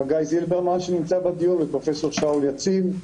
חגי זילברמן שנמצא בדיון ופרופ' שאול יציב,